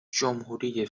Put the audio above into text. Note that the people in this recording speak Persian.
جمهوری